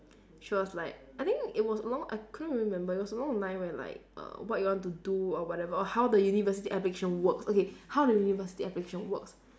she was like I think it was along I couldn't really remember it was around the time when like err what you want to do or whatever oh how the university application works okay how the university application works